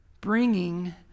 Bringing